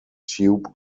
tube